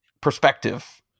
perspective